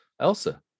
Elsa